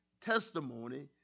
testimony